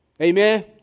Amen